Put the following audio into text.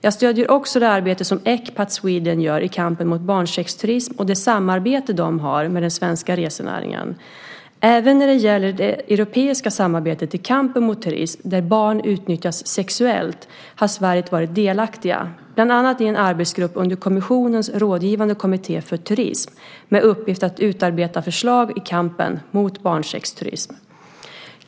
Jag stöder också det arbete som Ecpat Sweden gör i kampen mot barnsexturism och det samarbete de har med den svenska resenäringen. Även när det gäller det europeiska samarbetet i kampen mot turism där barn utnyttjas sexuellt har Sverige varit delaktigt, bland annat i en arbetsgrupp under kommissionens rådgivande kommitté för turism med uppgift att utarbeta förslag i kampen mot barnsexturism.